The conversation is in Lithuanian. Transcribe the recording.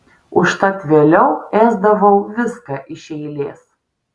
užtat vėliau ėsdavau viską iš eilės